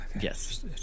Yes